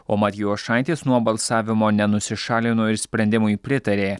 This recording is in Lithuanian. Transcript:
o matjošaitis nuo balsavimo nenusišalino ir sprendimui pritarė